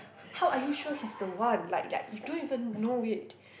h~ how are you sure he's the one like like you don't even know it